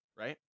Right